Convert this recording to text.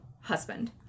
husband